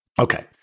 Okay